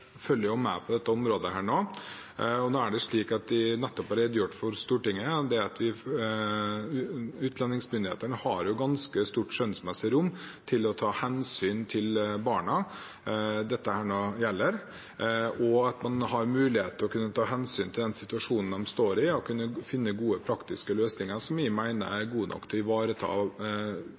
følger med på dette området nå. Jeg har nettopp redegjort for Stortinget om at utlendingsmyndighetene har ganske stort skjønnsmessig rom til å ta hensyn til barna dette gjelder, og at man har mulighet til å ta hensyn til den situasjonen de står i – finne praktiske løsninger som jeg mener er gode nok til å kunne ivareta